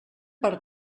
per